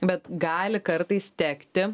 bet gali kartais tekti